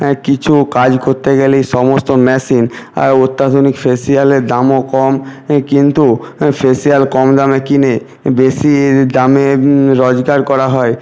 হ্যাঁ কিছু কাজ করতে গেলেই সমস্ত মেশিন আর অত্যাধুনিক ফেসিয়ালের দামও কম কিন্তু ফেসিয়াল কম দামে কিনে বেশি দামে রোজগার করা হয়